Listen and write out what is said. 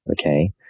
okay